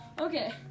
okay